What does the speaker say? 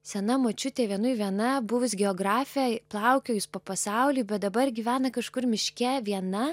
sena močiutė vienui viena buvus geografė plaukiojus po pasaulį bet dabar gyvena kažkur miške viena